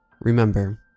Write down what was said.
Remember